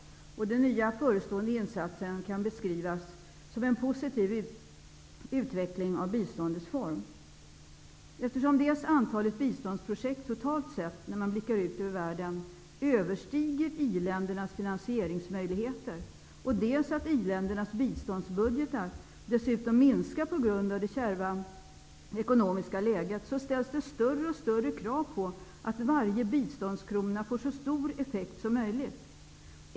Den nya förestående insatsen kan beskrivas som en positiv utveckling av biståndets form. Eftersom dels antalet biståndsprojekt totalt sett vid en utblick över världen överstiger i-ländernas finansieringsmöjligheter, dels i-ländernas biståndsbudgetar minskar på grund av det kärva ekonomiska läget, ställs det större och större krav på att varje biståndskrona får så stor effekt som möjligt.